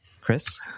Chris